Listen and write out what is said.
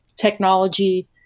technology